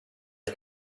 att